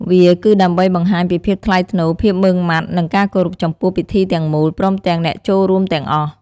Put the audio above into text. វាគឺដើម្បីបង្ហាញពីភាពថ្លៃថ្នូរ ភាពម៉ឺងម៉ាត់ និងការគោរពចំពោះពិធីទាំងមូល ព្រមទាំងអ្នកចូលរួមទាំងអស់។